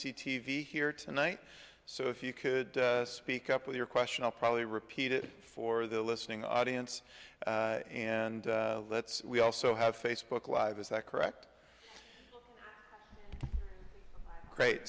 c t v here tonight so if you could speak up with your question i'll probably repeat it for the listening audience and let's we also have facebook live is that correct